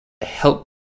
help